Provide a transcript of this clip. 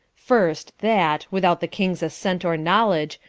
first, that without the kings assent or knowledge,